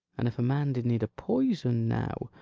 an if a man did need a poison now,